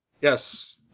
Yes